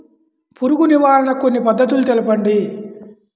పురుగు నివారణకు కొన్ని పద్ధతులు తెలుపండి?